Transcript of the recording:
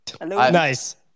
Nice